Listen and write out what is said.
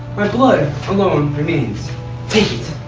my blood alone remains take it,